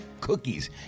Cookies